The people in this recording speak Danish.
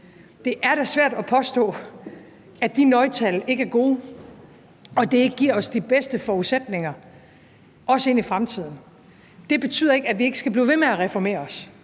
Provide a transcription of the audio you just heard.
Det er da svært at påstå, at de nøgletal ikke er gode, og at de ikke giver os de bedste forudsætninger også ind i fremtiden. Det betyder ikke, at vi ikke skal blive ved med at reformere os,